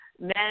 Men